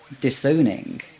disowning